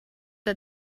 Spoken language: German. der